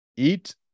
Eat